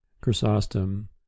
Chrysostom